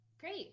Great